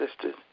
sisters